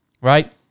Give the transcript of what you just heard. right